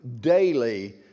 daily